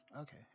okay